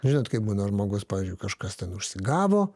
žinot kaip būna žmogus pavyzdžiui kažkas ten užsigavo